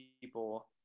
people